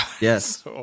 Yes